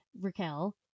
Raquel